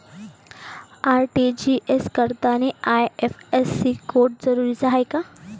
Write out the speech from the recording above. RTGS करतांनी IFSC code जरुरीचा हाय का?